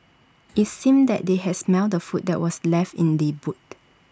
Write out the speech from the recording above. IT seemed that they had smelt the food that were left in the boot